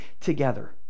together